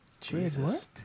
Jesus